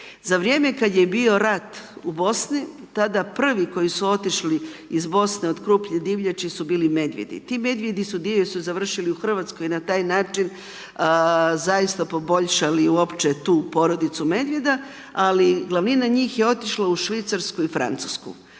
za vrijeme kad je bio rat u Bosni, tada prvi koji su otišli iz Bosne od krupnih divljači su bili medvjedi. Ti medvjedi su, dio su završili u Hrvatskoj na taj način zaista poboljšali uopće tu porodicu medvjeda, ali glavnina njih je otišla u Švicarsku i Francusku.